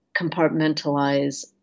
compartmentalize